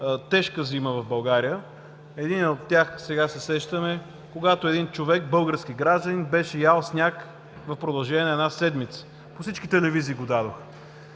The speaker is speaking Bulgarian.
тежка зима в България. Един от тях, сега се сещам, е когато един човек, български гражданин, беше ял сняг в продължение на една седмица, дадоха го по всички телевизии. Ето